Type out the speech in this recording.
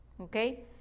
Okay